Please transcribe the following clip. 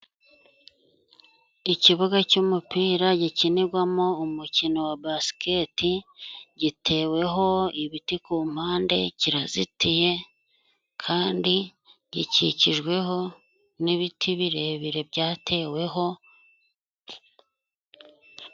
Ikibuga cy'umupira gikinirwamo umukino wa basiketi. Giteweho ibiti ku mpande kirazitiye, kandi gikikijweho n'ibiti birebire byateweho.